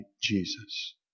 Jesus